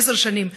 עשר שנים,